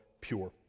pure